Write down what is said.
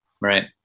right